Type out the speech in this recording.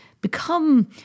become